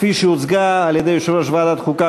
כפי שהוצגה על-ידי יושב-ראש ועדת חוקה,